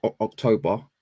October